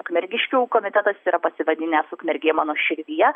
ukmergiškių komitetas yra pasivadinęs ukmergė mano širdyje